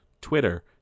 Twitter